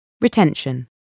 Retention